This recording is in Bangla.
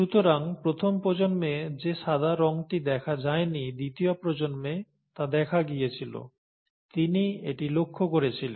সুতরাং প্রথম প্রজন্মে যে সাদা রঙটি দেখা যায় নি দ্বিতীয় প্রজন্মে তা দেখা গিয়েছিল তিনি এটি লক্ষ্য করেছিলেন